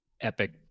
epic